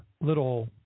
little